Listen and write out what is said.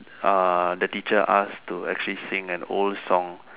ah the teacher asked to actually sing an old song